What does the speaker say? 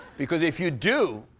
because if you do,